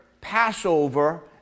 Passover